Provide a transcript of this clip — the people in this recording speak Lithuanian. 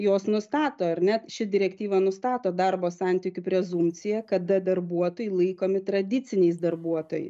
jos nustato ar ne ši direktyva nustato darbo santykių prezumpciją kada darbuotojai laikomi tradiciniais darbuotojais